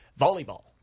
volleyball